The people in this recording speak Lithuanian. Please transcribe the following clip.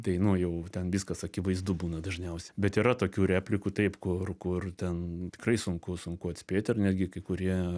tai nu jau ten viskas akivaizdu būna dažniausiai bet yra tokių replikų taip kur kur ten tikrai sunku sunku atspėti ir netgi kai kurie